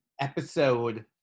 Episode